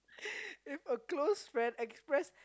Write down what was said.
if a close friend express